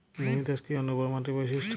ভূমিধস কি অনুর্বর মাটির বৈশিষ্ট্য?